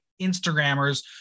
Instagrammers